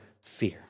fear